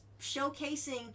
showcasing